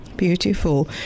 Beautiful